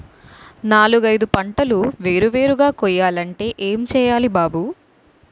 నాలుగైదు పంటలు వేరు వేరుగా కొయ్యాలంటే ఏం చెయ్యాలి బాబూ